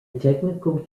technical